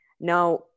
Now